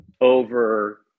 over